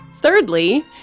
thirdly